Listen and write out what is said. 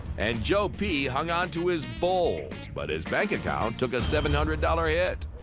and joe p. hung on to his bols, but his bank account took a seven hundred dollars hit.